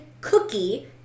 cookie